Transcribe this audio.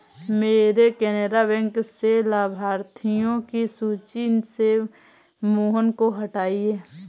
मेरे केनरा बैंक से लाभार्थियों की सूची से मोहन को हटाइए